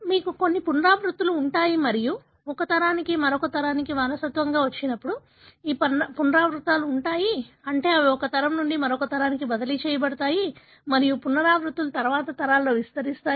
మీకు కొన్ని పునరావృత్తులు ఉంటాయి మరియు ఒక తరానికి మరొక తరానికి వారసత్వంగా వచ్చినప్పుడు ఈ పునరావృత్తులు ఉంటాయి అంటే అవి ఒక తరం నుండి మరొక తరానికి బదిలీ చేయబడతాయి మరియు పునరావృత్తులు తరువాతి తరాలలో విస్తరిస్తాయి